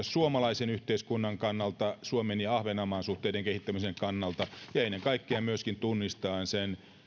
suomalaisen yhteiskunnan kannalta että suomen ja ahvenanmaan suhteiden kehittämisen kannalta ja ennen kaikkea myöskin tunnistaen sen